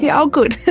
yeah oh good!